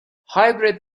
hybrid